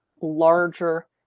larger